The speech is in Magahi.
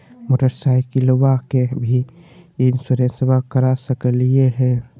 मोटरसाइकिलबा के भी इंसोरेंसबा करा सकलीय है?